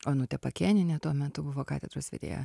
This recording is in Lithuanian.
onutė pakėnienė tuo metu buvo katedros vedėja